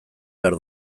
behar